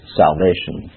salvation